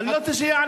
אני לא רוצה שיענה.